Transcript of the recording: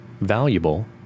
valuable